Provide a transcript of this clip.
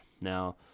Now